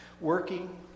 working